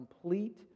complete